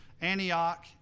Antioch